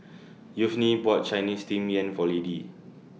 Yvonne bought Chinese Steamed Yam For Laddie